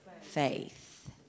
faith